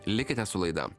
likite su laida